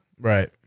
Right